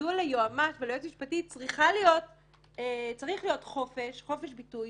מדוע ליועץ משפטי צריך להיות חופש ביטוי.